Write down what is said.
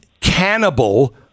cannibal